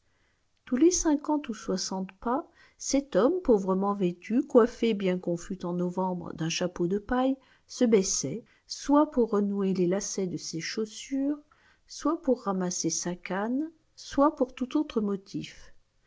tous les cinquante ou soixante pas cet homme pauvrement vêtu coiffé bien qu'on fût en novembre d'un chapeau de paille se baissait soit pour renouer les lacets de ses chaussures soit pour ramasser sa canne soit pour tout autre motif